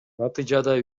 натыйжада